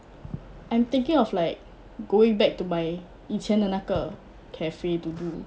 I'm thinking of like going back to my 以前的那个 cafe to do